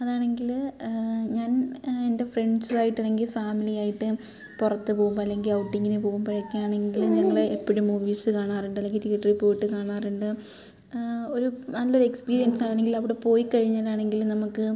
അതാണെങ്കിൽ ഞാൻ എൻ്റെ ഫ്രണ്ട്സുമായിട്ട് അല്ലെങ്കിൽ ഫാമിലി ആയിട്ട് പുറത്ത് പോകുമ്പോൾ അല്ലെങ്കിൽ ഔട്ടിങ്ങിന് പോകുമ്പോഴൊക്കെ ആണെങ്കിൽ ഞങ്ങൾ എപ്പോഴും മൂവീസ് കാണാറുണ്ട് അല്ലെങ്കിൽ തീയറ്ററിൽ പോയിട്ട് കാണാറുണ്ട് ഒരു നല്ലൊരു എക്സ്പീരിയൻസ് ആണെങ്കിൽ അവിടെ പോയിക്കഴിഞ്ഞാലാണെങ്കിലും നമുക്ക്